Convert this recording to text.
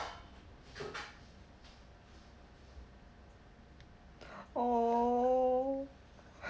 oh